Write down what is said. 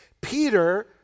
Peter